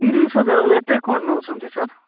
ତିରିଶ ହଜାର ଏତେ କ'ଣ ନେଉଛନ୍ତି ସାର୍